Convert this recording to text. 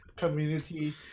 community